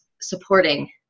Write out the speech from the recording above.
supporting